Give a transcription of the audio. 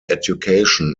education